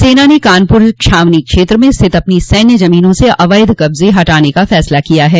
सेना ने कानपुर छावनी क्षेत्र में स्थित अपनी सैन्य जमीनों से अवैध कब्जे हटाने का फैसला लिया है